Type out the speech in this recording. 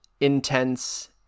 intense